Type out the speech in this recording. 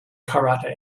karate